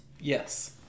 Yes